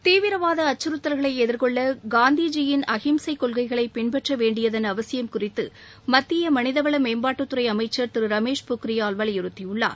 தீவிரவாத அச்சுறுத்தல்களை எதிர்கொள்ள காந்திஜியின் அகிம்சை கொள்கைகளை பின்பற்ற வேண்டியதன் அவசியம் குறித்து மத்திய மனிதவள மேம்பாட்டுத்துறை அமைச்சர் திரு ரமேஷ் பொக்ரியால் வலியுறுத்தியுள்ளார்